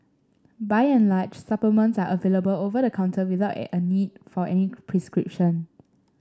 by and large supplements are available over the counter without at a need for any prescription